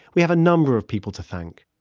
we have a number of people to thank,